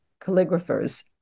calligraphers